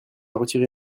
retiré